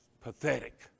pathetic